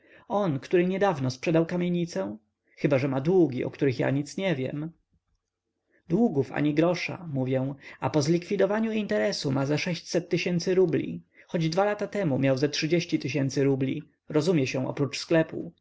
on który niedawno sprzedał kamienicę chyba że ma długi o których ja nic nie wiem długów ani grosza mówię a po zlikwidowaniu interesu ma ze tysięcy rubli choć dwa lata temu miał ze tysięcy rubli rozumie się oprócz sklepu